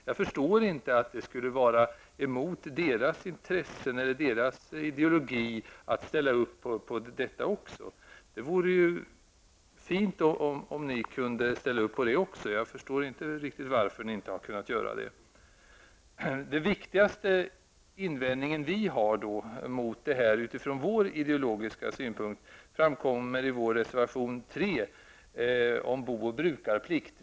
Jag förstår inte att det skulle vara emot deras intressen eller deras ideologi att ställa upp på detta också, och det vore ju fint om de kunde göra det. Den viktigaste invändningen vi har utifrån vår ideologiska synpunkt framkommer i vår reservation 3 om bo och brukarplikt.